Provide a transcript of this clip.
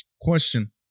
Question